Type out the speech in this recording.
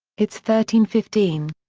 it's thirteen fifteen.